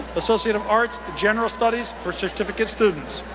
associate of arts, general studies for certificate students.